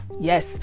yes